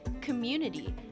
community